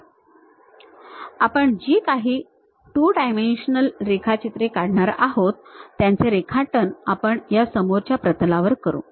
तर आपण जी काही 2 डायमेन्शनल रेखाचित्रे काढणार आहोत त्यांचे रेखाटन आपण या समोरच्या प्रतलात करू